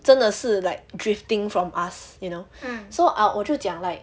真的是 like drifting from us you know so I 我就讲 like